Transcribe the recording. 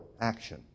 action